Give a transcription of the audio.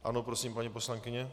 Ano, prosím, paní poslankyně?